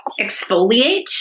exfoliate